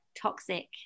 toxic